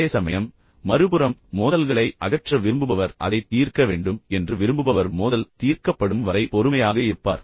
அதேசமயம் மறுபுறம் மோதல்களை அகற்ற விரும்புபவர் அதைத் தீர்க்க வேண்டும் என்று விரும்புபவர் மோதல் தீர்க்கப்படும் வரை பொறுமையாக இருப்பார்